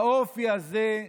האופי הזה,